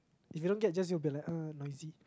if you don't get jazz you'll be like uh noisy